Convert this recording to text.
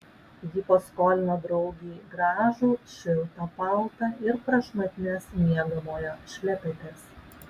ji paskolino draugei gražų šiltą paltą ir prašmatnias miegamojo šlepetes